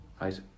right